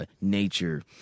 Nature